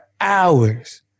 hours